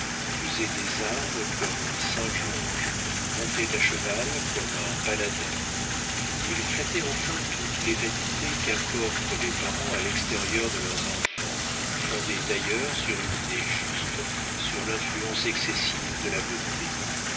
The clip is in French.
faisait des armes comme un saint george montait à cheval comme un paladin il flattait enfin toutes les vanités qu'apportent les parents à l'extérieur de leurs enfants fondées d'ailleurs sur une idée juste sur l'influence excessive de la beauté